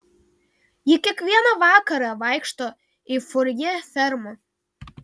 ji kiekvieną vakarą vaikšto į furjė fermą